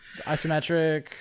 isometric